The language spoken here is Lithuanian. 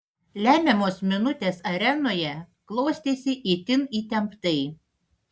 lemiamos minutės arenoje klostėsi itin įtemptai